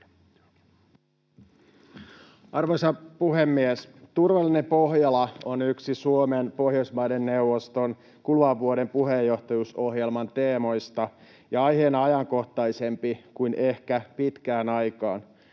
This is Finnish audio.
Arvoisa puhemies! Turvallinen Pohjola on yksi Suomen Pohjoismaiden neuvoston kuluvan vuoden puheenjohtajuusohjelman teemoista ja aiheena ajankohtaisempi kuin ehkä pitkään aikaan.